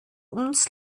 uns